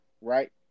right